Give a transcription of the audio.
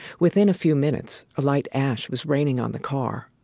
within a few minutes, a light ash was raining on the car